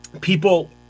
people